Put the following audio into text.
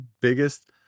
biggest